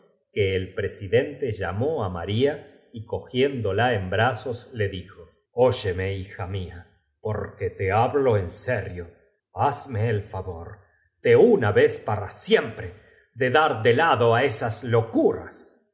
que el president e llamó maria y cocontemplarlas y las juzgaba tan precio giéndola en brazos le dijo sas que á pesar do las reiteradas instan óyeme bija mla porque te hablo en cias de fritz que so ponía de puntillas serio hazme el favor de una vez para para verlas y que pcdla que se las dejaran siempre de dar de lado á esas locuras